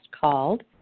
called